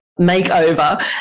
makeover